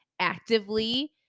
actively